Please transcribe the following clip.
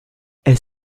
elle